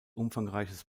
umfangreiches